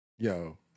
Yo